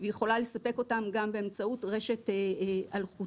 והיא יכולה לספק אותם גם באמצעות רשת אלחוטית.